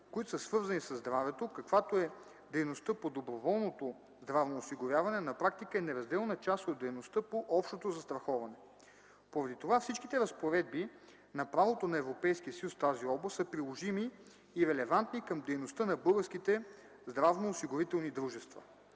които са свързани със здравето, каквато е дейността по доброволното здравно осигуряване, на практика е неразделна част от дейността по общото застраховане. Поради това всичките разпоредби на правото на Европейския съюз в тази област са приложими и релевантни към дейността на българските здравноосигурителни дружества.